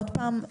עוד פעם,